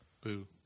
Boo